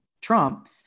Trump